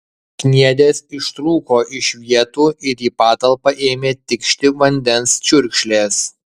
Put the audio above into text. kniedės ištrūko iš vietų ir į patalpą ėmė tikšti vandens čiurkšlės